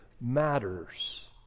matters